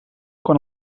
quan